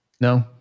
no